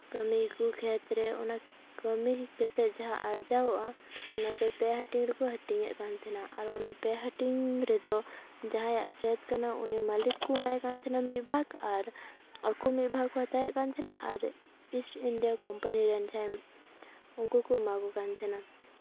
ᱠᱟᱹᱢᱤᱭᱟᱠᱚ ᱠᱷᱮᱛᱨᱮ ᱚᱱᱟ ᱠᱟᱛᱮᱫ ᱡᱟᱦᱟᱸ ᱟᱨᱡᱟᱣᱚᱜᱼᱟ ᱚᱱᱟ ᱫᱚ ᱯᱮ ᱦᱟᱹᱴᱤᱧ ᱨᱮᱠᱚ ᱦᱟᱹᱴᱤᱧᱮᱫ ᱠᱟᱱ ᱛᱟᱦᱮᱸᱱᱟ ᱟᱨ ᱚᱱᱟ ᱯᱮ ᱦᱟᱹᱴᱤᱧ ᱨᱮᱫᱚ ᱡᱟᱦᱟᱸᱭᱟᱜ ᱠᱷᱮᱛ ᱠᱟᱱᱟ ᱩᱱᱤ ᱢᱟᱹᱞᱤᱠ ᱠᱚ ᱮᱢᱟᱭ ᱠᱟᱱ ᱛᱟᱦᱮᱸᱱᱟ ᱢᱤᱫ ᱵᱷᱟᱜ ᱟᱨ ᱢᱤᱫ ᱵᱷᱟᱜ ᱦᱟᱛᱟᱣᱮᱫ ᱛᱟᱦᱮᱸᱱᱟ ᱟᱨ ᱤᱥᱴ ᱤᱱᱰᱤᱭᱟ ᱠᱳᱢᱯᱟᱱᱤ ᱨᱮᱱ ᱡᱟᱦᱟᱸᱭ ᱩᱱᱠᱩ ᱠᱚ ᱮᱢᱟ ᱠᱚ ᱠᱟᱱ ᱛᱟᱦᱮᱸᱱᱟ